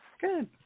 Good